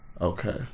Okay